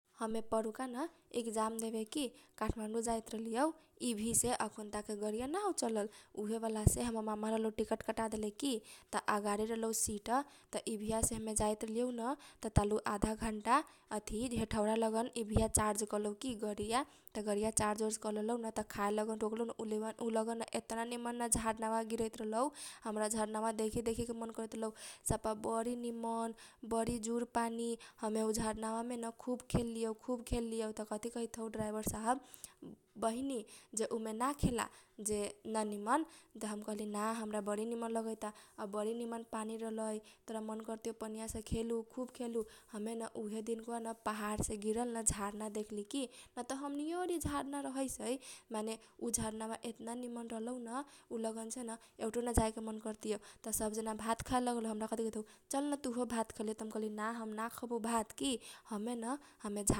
हमेन लैकामे पहाड ना रहली देखेले की । आ हमर ममी न साउन मे एक दम बोल बम जाइत रहल की । त उ सालका बा कथी कहैता हमर ममी चल तुहु की बोल बम । त उ सालकाबा ना रहलै बरी दुर जाएके हैए नुनथर जाए के । त हमर ममी कहैता चल तुहो जे तुहु देख लिहे पहाड कैसन रहैसै त हम कहली ठिक बा ममी चल। त हमर ममी न चारु ओरी से गोर ओर लागके आगेलौ की । त नाहा ओहा लेलीऔ आ भात ओत खा लेलिऔ सब जना। त दिन कावा हमनी के न टेकटर मे बैठके बोल बम गेलीऔ की सब जना। त हमनी के सब जना हसैत खेलैत बोल बम चल गेलीऔ की सब जना हमनी के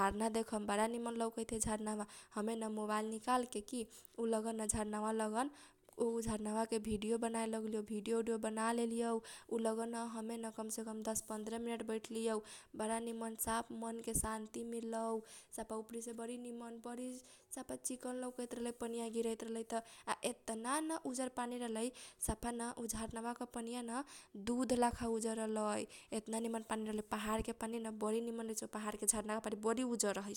हसते खेलते जैतै जैतै जंगल वामे तैका तैका मेघवा परे लगलौन। त तिरपाल न टांग देलौ ओहार ला करदेलौ तिरपालवा के । त हमे न सुत गेलीऔ तब जाके न जैसे जैसे कथीया अलौन। त हमर ममी कथी कहैत हौ उठ न जे आ गेले नुनथर तेका दुरा त आउरो हौ देखन हेदे। त हमे न उ दिन कावा न पहिली बार पहाड देखलीऔ की। बरी निमन पहाड वा लौकैत रहलौ त हम नुनथर पुगेलीऔ। त ममी कथी कहैत हौ हैए हौ पहाड की । इलगन थपडी ओपडी ना पारी है। त हमरा का थाह अगाडि सब जना कहैत रहलै किदो पहाड लगन थपडी पारैसैन। त एके तैका मे मेघ परे लगैसै की। त सब जना मिलके उ लगन भात ओत निने लगलौ की। झांगा ओंगा लेगेल रहलौ जरना ओरना बिसके भात ओत निने लगलौ। उहे बेजी न हमे न पहिली बार पहाड देखलीऔ की। आ हमर ममी न उ दिन कावा न हमरा न खुब नुनथर घुमा उमा देलौ। गोर ओर लगा देलौ बोल बम के अथी सेन हमे न पहाडो देख लेलीऔ। आ हमर ममी न हमरा न पहाड उहे दिन घुमा देलौ।